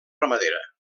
ramadera